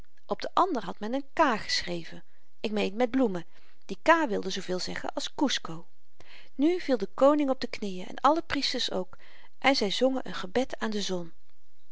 op den ander had men een k geschreven ik meen met bloemen die k wilde zooveel zeggen als kusco nu viel de koning op de knieën en alle priesters ook en zy zongen een gebed aan de zon